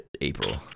april